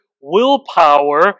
willpower